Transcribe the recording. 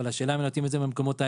אבל השאלה היא אם יתאים במקומות האלה.